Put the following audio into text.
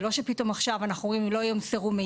זה לא שפתאום עכשיו אנחנו אומרים, לא ימסרו מידע,